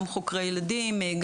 גם חוקרי ילדים,